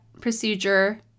procedure